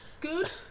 Good